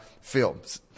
films